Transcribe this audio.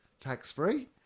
tax-free